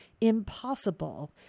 impossible